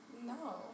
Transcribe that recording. No